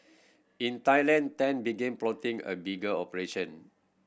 in Thailand Tan began plotting a bigger operation